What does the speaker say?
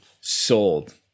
sold